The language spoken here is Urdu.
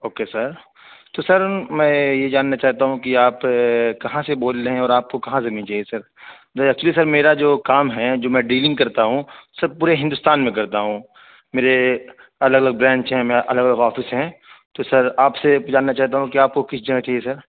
اوکے سر تو سر میں یہ جاننا چاہتا ہوں کہ آپ کہاں سے بول رہے ہیں اور آپ کو کہاں زمین چاہیے سر نہیں ایکچولی سر میرا جو کام ہے جو میں ڈیلنگ کرتا ہوں سر پورے ہندوستان میں کرتا ہوں میرے الگ الگ برینچ ہیں میرے الگ الگ آفس ہیں تو سر آپ سے جاننا چاہتا ہوں کہ آپ کو کس جگہ چاہیے سر